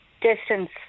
distance